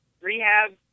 rehab